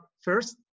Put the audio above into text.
first